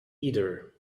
either